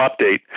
update